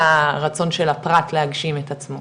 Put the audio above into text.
זה מעבר לרצון של הפרט להגשים את עצמו.